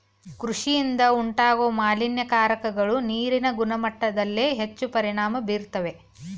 ಕೃಷಿಯಿಂದ ಉಂಟಾಗೋ ಮಾಲಿನ್ಯಕಾರಕಗಳು ನೀರಿನ ಗುಣಮಟ್ಟದ್ಮೇಲೆ ಹೆಚ್ಚು ಪರಿಣಾಮ ಬೀರ್ತವೆ